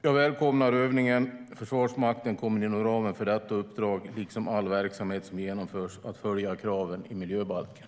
Jag välkomnar därför övningen. Försvarsmakten kommer inom ramen för detta uppdrag, liksom all verksamhet som genomförs, att följa kraven i miljöbalken.